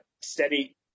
steady